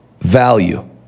value